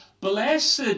blessed